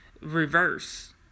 reverse